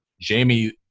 Jamie